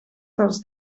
dels